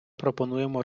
пропонуємо